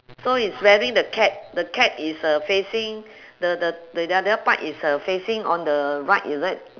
so he's wearing the cap the cap is uh facing the the the other part is uh facing on the right is it